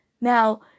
now